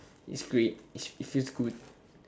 it's it's just good